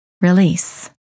release